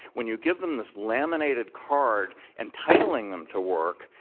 when you give them this laminated card entitling them to work,